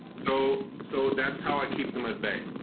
so so that's how i keep them at bay.